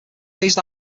raised